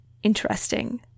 interesting